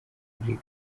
akarere